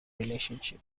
relationship